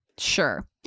Sure